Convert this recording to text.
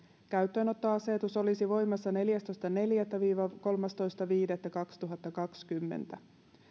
käyttöönottoasetus olisi voimassa neljästoista neljättä viiva kolmastoista viidettä kaksituhattakaksikymmentä